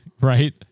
Right